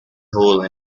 hole